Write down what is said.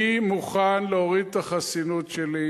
אני מוכן להוריד את החסינות שלי,